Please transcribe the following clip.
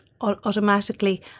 automatically